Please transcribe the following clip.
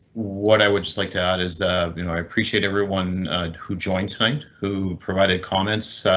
what i would just like to add is that you know, i appreciate everyone who joined tonight who provided comments.